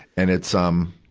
and it's, um,